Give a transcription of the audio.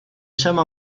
llama